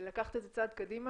ולקחת את זה צעד קדימה,